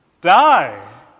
die